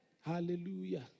Hallelujah